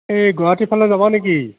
এই গুৱাহাটীৰ ফালে যাবা নেকি